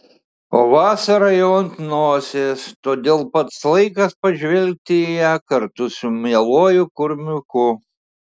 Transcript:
o vasara jau ant nosies todėl pats laikas pažvelgti į ją kartu su mieluoju kurmiuku